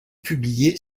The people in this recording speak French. publiée